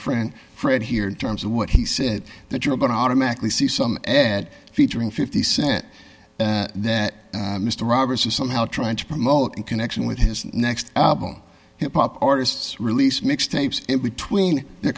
friend fred here in terms of what he said that you're going to automatically see some head featuring fifty cent that mr roberts is somehow trying to promote in connection with his next album hip hop artists release mix tapes between the